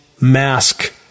mask